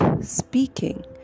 speaking